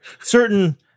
certain